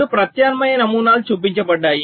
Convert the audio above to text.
2 ప్రత్యామ్నాయ నమూనాలు చూపించబడ్డాయి